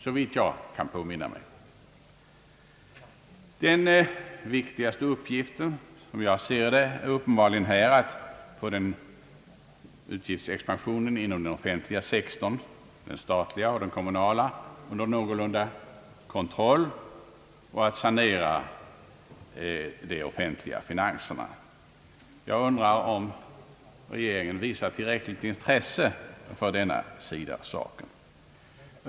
Som jag ser det är den viktigaste uppgiften uppenbarligen att få utgiftsexpansionen inom den offentliga sektorn, den statliga och den kommunala, under kontroll och att sanera de offentliga finanserna, Jag undrar om regeringen visar tillräckligt intresse för den sidan av saken.